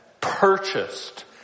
purchased